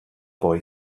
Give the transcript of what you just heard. boy